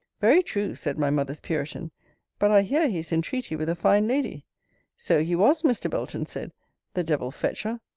very true! said my mother's puritan but i hear he is in treaty with a fine lady so he was, mr. belton said the devil fetch her!